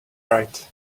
right